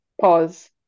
Pause